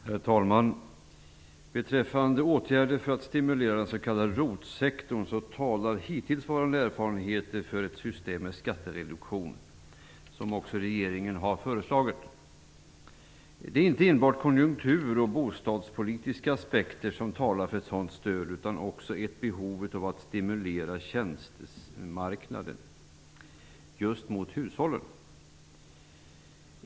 Herr talman! Beträffande åtgärder för att stimulera den s.k. ROT-sektorn talar hittillsvarande erfarenheter för ett system med skattereduktion, vilket också regeringen har föreslagit. Det är inte enbart konjunkturoch bostadspolitiska aspekter som talar för ett sådant stöd utan också ett behov av att stimulera tjänstemarknaden just mot hushållen.